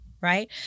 right